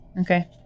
Okay